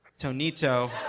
Tonito